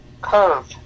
curve